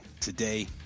today